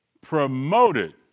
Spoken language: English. Promoted